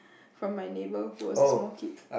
from my neighbor who was a small kid